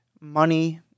money